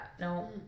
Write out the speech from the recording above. no